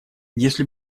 если